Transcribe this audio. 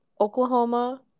Oklahoma